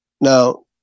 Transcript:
Now